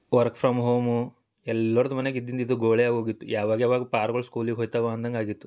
work from home ಎಲ್ಲರ್ದು ಮನೆಗೆ ಇದ್ದಿದ್ದು ಇದು ಗೋಳೇ ಆಗೋಗಿತ್ತು ಯಾವಾಗ ಯಾವಾಗ ಪಾರ್ಗಳು ಸ್ಕೂಲಿಗೆ ಹೋಗ್ತಾವ ಅನ್ನೋಂಗಾಗಿತ್ತು